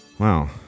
Wow